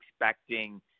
expecting